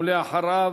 ואחריו,